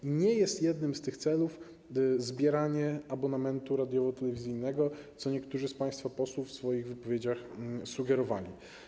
I nie jest jednym z tych celów pobieranie opłat za abonament radiowo-telewizyjny, co niektórzy z państwa posłów w swoich wypowiedziach sugerowali.